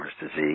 disease